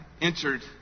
entered